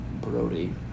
Brody